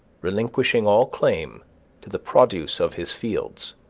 relinquishing all claim to the produce of his fields,